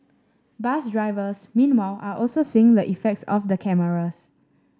bus drivers meanwhile are also seeing the effects of the cameras